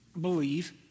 believe